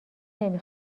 نمی